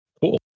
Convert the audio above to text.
Cool